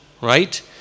right